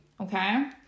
okay